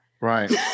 Right